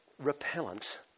repellent